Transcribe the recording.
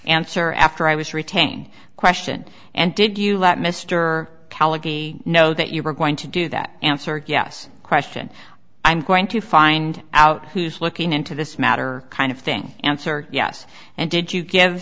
answer after i was retained question and did you let mr callahan know that you were going to do that answer yes question i'm going to find out who's looking into this matter kind of thing answer yes and did you give